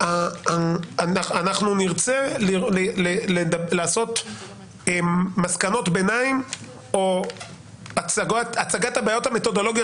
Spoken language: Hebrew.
אנחנו נרצה לעשות מסקנות ביניים או הצגת הבעיות המתודולוגיות